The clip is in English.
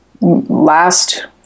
last